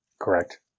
Correct